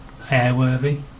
airworthy